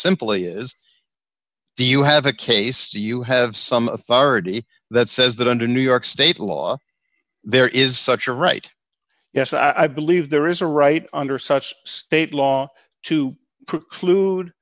simply is do you have a case you have some authority that says that under new york state law there is such a right yes i believe there is a right under such state law to clu